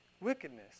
Wickedness